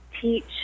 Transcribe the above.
teach